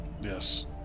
Yes